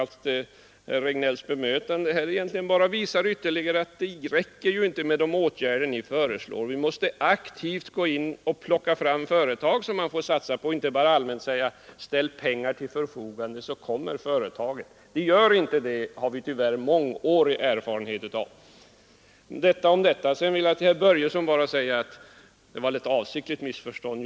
Herr Regnélls bemötande visar bara ytterligare att det inte räcker med de åtgärder som ni föreslår. Vi måste aktivt gå in och plocka fram företag som man får satsa på och inte bara allmänt säga: Ställ pengar till förfogande, så kommer företagen. Det gör de inte — det har vi tyvärr mångårig erfarenhet av. Sedan vill jag till herr Börjesson i Glömminge säga att det var väl ett avsiktligt missförstånd.